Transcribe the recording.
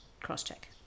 cross-check